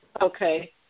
Okay